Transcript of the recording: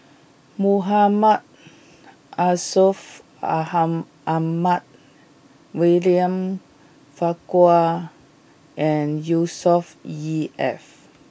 Muhammad are solve Aha Ahmad William Farquhar and E F